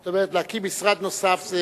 זאת אומרת: להקים משרד נוסף זה